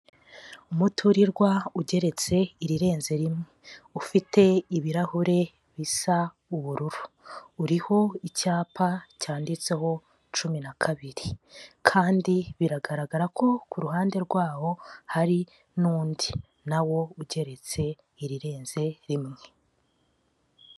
Umuturirwa ugeretse irirenze rimwe, ufite ibirahure bisa ubururu, uriho icyapa cyanditseho cumi na kabiri, kandi biragaragara ko ku ruhande rwawo hari n'undi, na wo ugeretse irirenze rimwe.